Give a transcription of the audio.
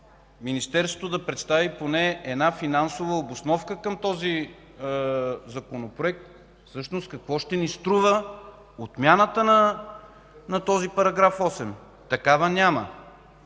Министерството да представи поне финансова обосновка към този Законопроект – какво ще ни струва отмяната на този § 8. Такава няма.